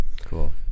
Cool